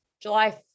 July